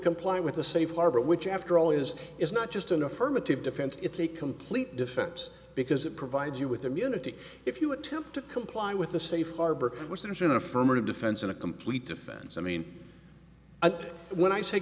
comply with the safe harbor which after all is is not just an affirmative defense it's a complete defense because it provides you with immunity if you attempt to comply with the safe harbor which in turn affirmative defense in a complete defense i mean when i say